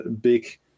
big